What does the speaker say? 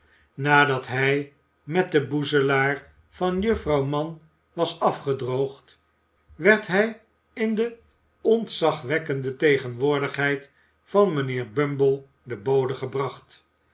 nadat hij met den boezelaar van juf j frouw mann was afgedroogd werd hij in de ontzagwekkende tegenwoordigheid van mijnheer i i bumble den bode gebracht